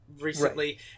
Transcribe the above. recently